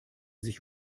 sich